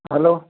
hello